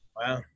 wow